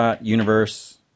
Universe